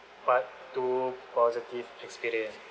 part two positive experience